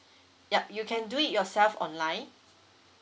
yup you can do it yourself online